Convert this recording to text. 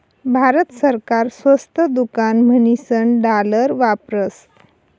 भारत सरकार स्वस्त दुकान म्हणीसन डालर वापरस